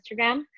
Instagram